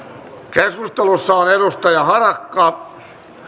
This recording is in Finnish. keskustelussa on timo harakka